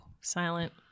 silent